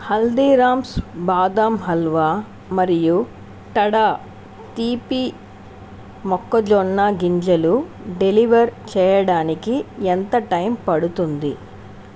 హల్దీరామ్స్ బాదం హల్వా మరియు టడా తీపి మొక్కజొన్న గింజలు డెలివర్ చేయడానికి ఎంత టైం పడుతుంది